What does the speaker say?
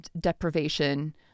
deprivation